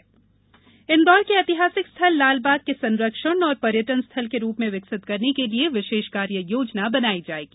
लालबाग संरक्षण इंदौर के ऐतिहासिक स्थल लालबाग के संरक्षण और पर्यटन स्थल के रूप में विकसित करने के लिए विषेष कार्य योजना बनाई जाएगी